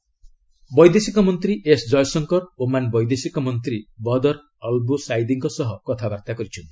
କ୍ୟଶଙ୍କର ବୈଦେଶିକ ମନ୍ତ୍ରୀ S Jaishankar Oman ବୈଦେଶିକ ମନ୍ତ୍ରୀ ବଦର୍ ଅଲ୍ବୁସାଇଦି ଙ୍କ ସହ କଥାବାର୍ତ୍ତା କରିଛନ୍ତି